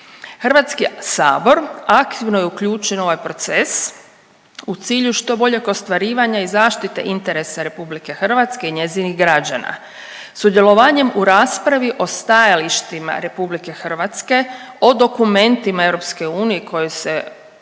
Hrvatski sabor aktivno je uključen u ovaj proces u cilju što boljeg ostvarivanja i zaštite interesa RH i njezinih građana. Sudjelovanjem u raspravi o stajalištima RH o dokumentima EU koji se usvajaju